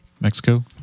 Mexico